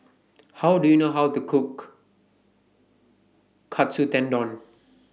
How Do YOU know How to Cook Katsu Tendon